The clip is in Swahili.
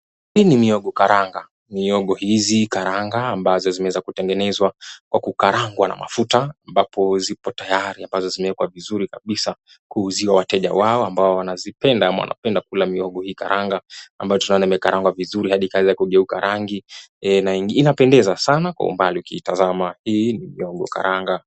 Hii ni mihogo karanga. Mihogo hizi karanga ambazo zimeweza kutengeneza kwa kukarangwa na mafuta. Ambapo zipo tayari, ambazo zimewekwa vizuri kabisa, kuuziwa wateja wao ambao wanazipenda wanapenda kula mihogo hii karanga. Ambayo tunaona imekarangwa vizuri hadi ikaweza kugeuka rangi. Inapendeza sana kwa umbali ukiitazama, hii ni mihogo karanga.